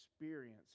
experience